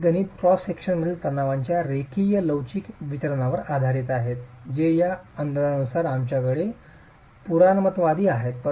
हे गणिते क्रॉस सेक्शनमधील तणावांच्या रेखीय लवचिक वितरणावर आधारित आहेत जे या अंदाजानुसार आमच्याकडे पुराणमतवादी आहेत